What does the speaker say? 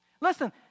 Listen